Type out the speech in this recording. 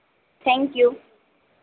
thank you